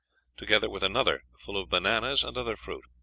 together with another, full of bananas and other fruit.